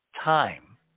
time